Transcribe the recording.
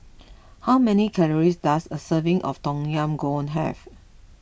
how many calories does a serving of Tom Yam Goong have